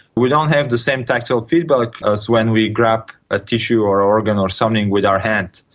we don't have the same tactile feedback as when we grab a tissue or organ or something with our hands.